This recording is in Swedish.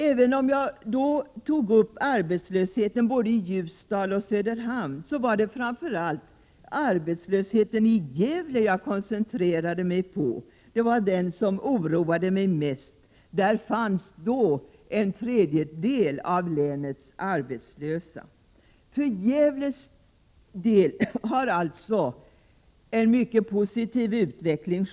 Även om jag tog upp frågan om arbetslösheten i både Ljusdal och Söderhamn, koncentrerade jag mig framför allt på arbetslösheten i Gävle. Det var den som oroade mig mest. Där fanns då en tredjedel av länets arbetslösa. För Gävles del kan man alltså konstatera att det har skett en mycket positiv utveckling.